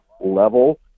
level